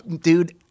Dude